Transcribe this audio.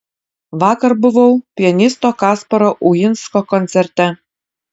vakar buvau pianisto kasparo uinsko koncerte